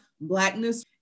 Blackness